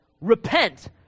Repent